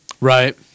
Right